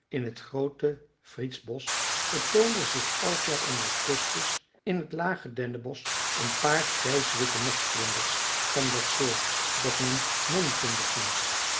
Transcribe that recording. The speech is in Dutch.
in t groote friedsbosch vertoonden zich elk jaar in augustus in t lage dennenbosch een paar grijswitte nachtvlinders van dat soort dat men nonvlinders noemt